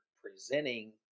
presenting